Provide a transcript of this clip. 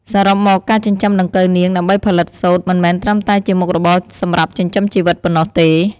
សរុបមក ការចិញ្ចឹមដង្កូវនាងដើម្បីផលិតសូត្រមិនមែនត្រឹមតែជាមុខរបរសម្រាប់ចិញ្ចឹមជីវិតប៉ុណ្ណោះទេ។